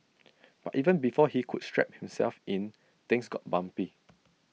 but even before he could strap himself in things got bumpy